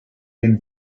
den